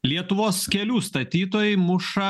lietuvos kelių statytojai muša